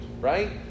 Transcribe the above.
right